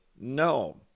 no